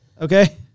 Okay